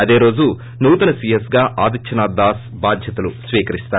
అదే రోజు నూతన సీఎస్గా ఆదిత్యనాథ్ దాస్ బాధ్యతలు స్క్యకరిస్తారు